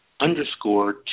underscore